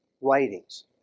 writings